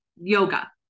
yoga